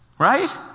right